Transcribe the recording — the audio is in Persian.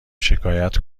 شکایت